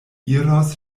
iros